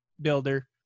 builder